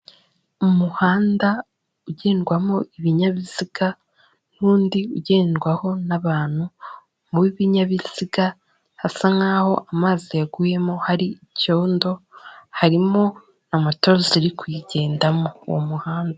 Umuhanda ugendwamo ibinyabiziga n'undi ugendwaho n'abantu, mu w'ibinyabiziga hasa nk'aho amazi yaguyemo hari icyondo, harimo moto ziri kuyigendamo, uwo muhanda.